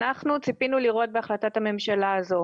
אנחנו ציפינו לראות בהחלטת הממשלה הזו